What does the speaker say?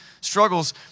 struggles